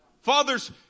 Fathers